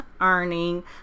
earning